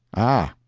ah.